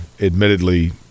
admittedly